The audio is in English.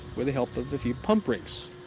with the help of a few pump rigs,